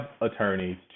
attorneys